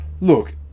look